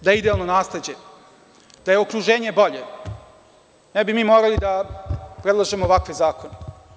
Znate da idealno nasleđe, da je okruženje bolje, ne bi mi morali da predlažemo ovakve zakone.